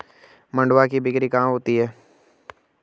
मंडुआ की बिक्री कहाँ होती है?